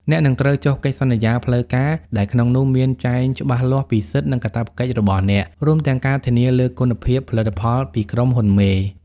អ្នកនឹងត្រូវ "ចុះកិច្ចសន្យាផ្លូវការ" ដែលក្នុងនោះមានចែងច្បាស់លាស់ពីសិទ្ធិ និងកាតព្វកិច្ចរបស់អ្នក រួមទាំងការធានាលើគុណភាពផលិតផលពីក្រុមហ៊ុនមេ។